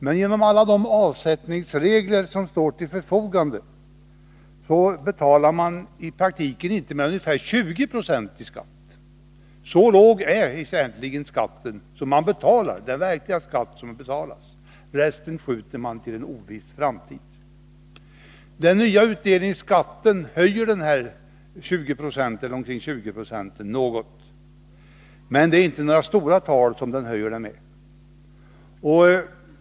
Men genom alla de avsättningsregler som står till förfogande betalar det i praktiken inte mer än ungefär 20 926 i skatt. Så låg är den verkliga skatt som betalas. Resten skjuter man till en oviss framtid. Den nya utdelningsskatten höjer dessa ca 20 90 något, men det är inte några stora tal som den höjer skatten med.